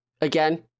again